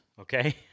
okay